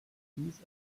hieß